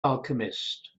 alchemist